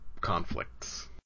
conflicts